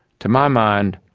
to my mind,